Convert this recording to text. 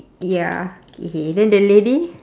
ya K then the lady